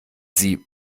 sie